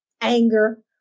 anger